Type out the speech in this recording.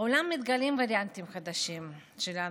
בעולם מתגלים וריאנטים חדשים של הנגיף,